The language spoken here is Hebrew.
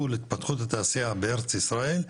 מול התפתחות התעשייה בארץ ישראל,